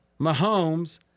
Mahomes